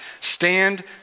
Stand